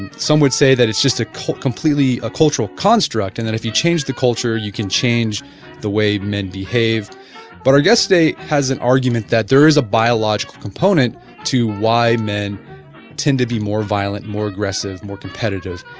and some would say that it's just a completely a cultural construct and that if you change the culture you can change the way men behave but our guest today has an argument that there is a biological component to why men tend to be more violent, more aggressive, more competitive.